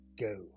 Go